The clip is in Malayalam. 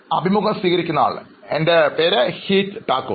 അഭിമുഖം സ്വീകരിക്കുന്നയാൾ എൻറെ പേര് ഹീറ്റ് താക്കൂർ